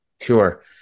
Sure